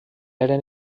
eren